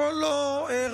הכול לא ראוי,